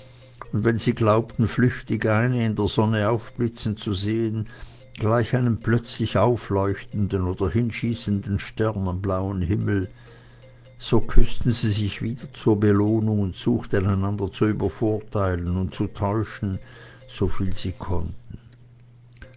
und wenn sie glaubten flüchtig eine in der sonne aufblitzen zu sehen gleich einem plötzlich aufleuchtenden oder hinschießenden stern am blauen himmel so küßten sie sich wieder zur belohnung und suchten einander zu übervorteilen und zu täuschen soviel sie konnten